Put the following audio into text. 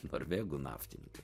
norvegų naftininkai